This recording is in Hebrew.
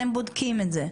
אתם בודקים את זה?